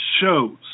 shows